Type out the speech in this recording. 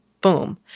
boom